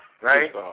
right